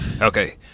Okay